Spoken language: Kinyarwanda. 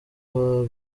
pax